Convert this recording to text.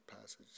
passage